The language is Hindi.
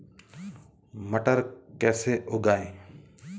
मटर कैसे उगाएं?